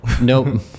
Nope